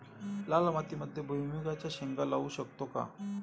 लाल मातीमध्ये भुईमुगाच्या शेंगा लावू शकतो का?